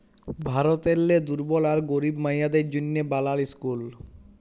ভারতেরলে দুর্বল আর গরিব মাইয়াদের জ্যনহে বালাল ইসকুল